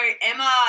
Emma